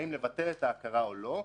האם לבטל את ההכרה או לא,